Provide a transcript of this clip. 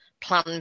plan